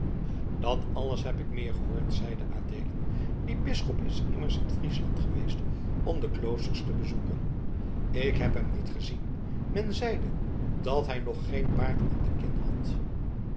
dat alles heb ik meer gehoord zeide adeelen die bisschop is immers in friesland geweest om de kloosters te bezoeken ik heb hem niet gezien men zeide dat hij nog geen baard aan de kin had